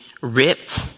ripped